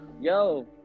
Yo